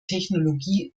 technologie